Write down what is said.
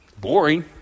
boring